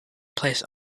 place